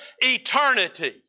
eternity